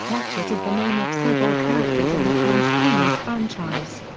ratchet is the name of several characters in the transformers franchise.